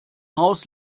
haus